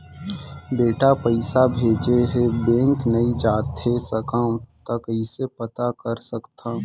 बेटा पइसा भेजे हे, बैंक नई जाथे सकंव त कइसे पता कर सकथव?